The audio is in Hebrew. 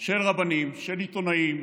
של רבנים, של עיתונאים,